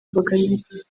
mbogamizi